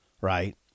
right